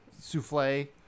souffle